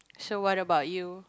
so what about you